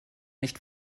nicht